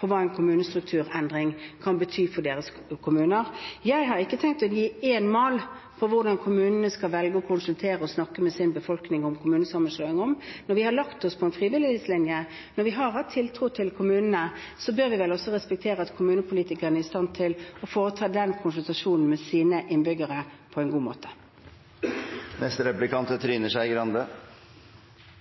på hva en kommunestrukturendring kan bety for deres kommuner. Jeg har ikke tenkt å gi én mal for hvordan kommunene skal velge å konsultere og snakke med sin befolkning om kommunesammenslåing. Når vi har lagt oss på en frivillighetslinje, når vi har hatt tiltro til kommunene, bør vi vel også respektere at kommunepolitikerne er i stand til å foreta den konsultasjonen med sine innbyggere på en god måte.